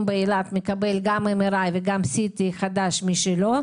באילת מקבל גם MRI וגם CT חדש משלו.